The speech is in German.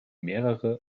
mehrere